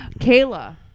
kayla